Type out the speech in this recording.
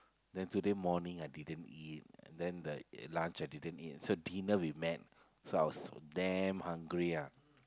then today morning I didn't eat then the lunch I didn't eat so dinner we met so I was damn hungry ah